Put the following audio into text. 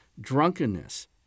drunkenness